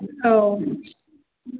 औ